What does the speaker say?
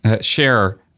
share